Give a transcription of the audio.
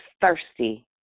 thirsty